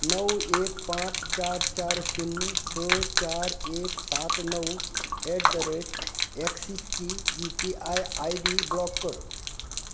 णव एक पांच चार चार शून्य स चार एक सात णव एट द रेट एक्सीसची U P I I D block कर